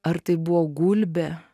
ar tai buvo gulbė